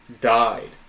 died